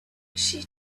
she